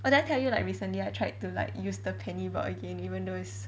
well did I tell you like recently I tried to like use the penny board again even though it's